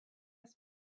must